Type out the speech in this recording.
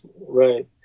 right